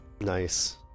nice